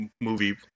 movie